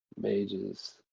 Mage's